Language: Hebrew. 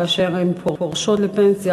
כאשר הן פורשות לפנסיה,